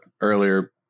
earlier